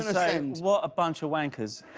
i mean what a bunch of wankers.